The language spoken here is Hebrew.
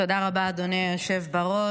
תודה רבה, אדוני היושב בראש.